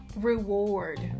reward